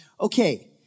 Okay